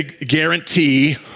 guarantee